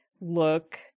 look